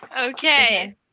okay